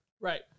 Right